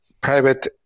private